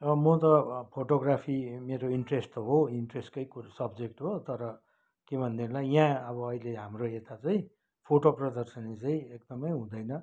अब म त फोटोग्राफी मेरो इन्ट्रेस्ट त हो इन्ट्रेस्टकै कु सब्जेक्ट हो तर के भन्नेलाई यहाँ अब अहिले हाम्रो यता चाहिँ फोटो प्रदर्शनी चाहिँ एकदमै हुँदैन